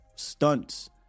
stunts